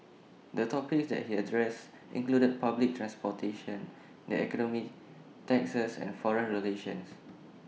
the topics that he addressed included public transportation the economy taxes and foreign relations